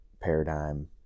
paradigm